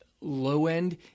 low-end